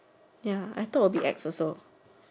ya I thought would be ex also